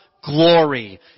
glory